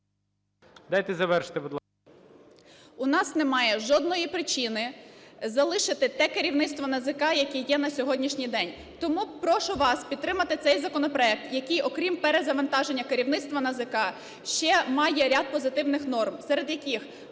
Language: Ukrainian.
Дайте завершити, будь ласка.